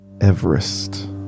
Everest